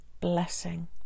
blessing